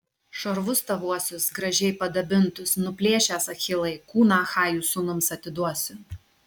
šarvus tavuosius gražiai padabintus nuplėšęs achilai kūną achajų sūnums atiduosiu